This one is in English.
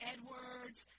Edwards